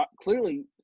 clearly